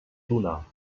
donar